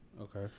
Okay